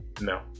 no